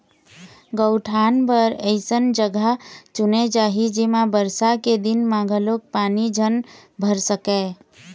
गउठान बर अइसन जघा चुने जाही जेमा बरसा के दिन म घलोक पानी झन भर सकय